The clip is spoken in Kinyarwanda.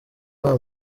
nta